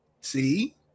See